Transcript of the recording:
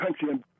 country